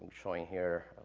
showing here,